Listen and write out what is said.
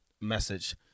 message